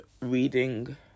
reading